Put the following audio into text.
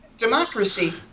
democracy